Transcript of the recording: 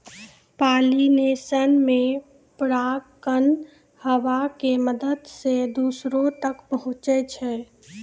pollination मे परागकण हवा के मदत से दोसरो तक पहुचै छै